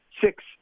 six